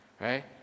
Right